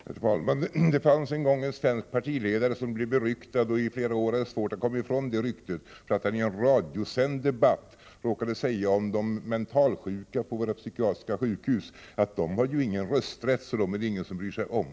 Herr talman! Det fanns en gång en svensk partiledare som blev beryktad —i flera år hade han svårt att komma ifrån sitt rykte — för att han i en radiosänd debatt om de mentalsjuka på våra psykiatriska sjukhus råkade säga att de har ingen rösträtt, så dem är det ingen som bryr sig om.